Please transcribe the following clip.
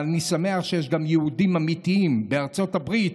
אבל אני שמח שיש גם יהודים אמיתיים בארצות הברית,